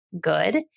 good